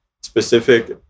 specific